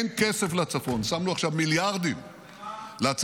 אין כסף לצפון שמנו עכשיו מיליארדים לצפון,